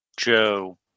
Joe